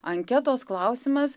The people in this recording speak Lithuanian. anketos klausimas